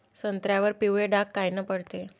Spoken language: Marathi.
संत्र्यावर पिवळे डाग कायनं पडते?